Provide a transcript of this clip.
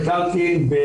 קרקעות,